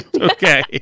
Okay